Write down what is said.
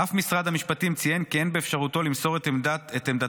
אף משרד המשפטים ציין כי אין באפשרותו למסור את עמדתו